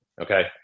Okay